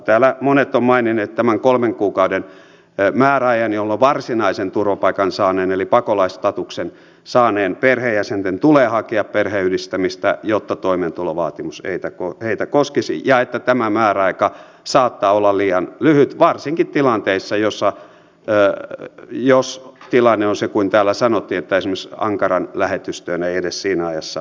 täällä monet ovat maininneet tämän kolmen kuukauden määräajan jolloin varsinaisen turvapaikan saaneen eli pakolaisstatuksen saaneen perheenjäsenten tulee hakea perheenyhdistämistä jotta toimeentulovaatimus heitä koskisi ja että tämä määräaika saattaa olla liian lyhyt varsinkin jos tilanne on se kuin täällä sanottiin että esimerkiksi ankaran lähetystöön ei edes siinä ajassa pääse